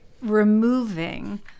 removing